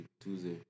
Tuesday